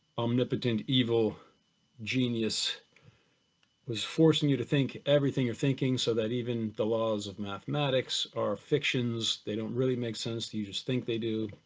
omnipotent, evil genius was forcing you to think everything you're thinking so that eve and the laws of mathematics are fictions, they don't really make sense, you just think they do,